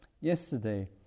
yesterday